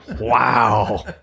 Wow